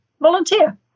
volunteer